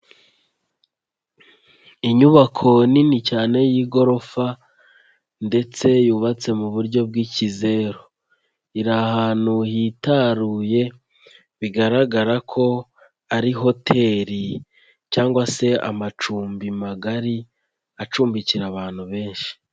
Inyubako nini cyane y'igorofa ndetse yubatse mu buryo bw'ikizeru, iri ahantu hitaruye bigaragara ko ari hoteli cyangwa se amacumbi magari acumbikira abantu benshi.